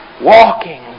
walking